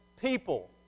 people